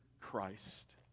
Christ